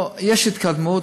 יש התקדמות,